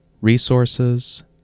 resources